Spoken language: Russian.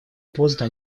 поздно